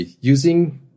using